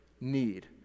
need